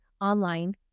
online